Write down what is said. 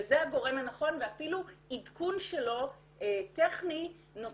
וזה הגורם הנכון ואפילו עדכון טכני שלו